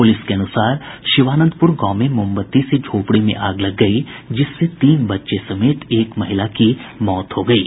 police के अनुसार शिवानंदपुर गांव में मोमबत्ती से झोपड़ी में आग लग गयी जिससे तीन बच्चे समेत एक महिला की मौत हो गयी है